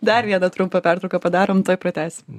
dar tą trumpą pertrauką padarom tuoj pratęsim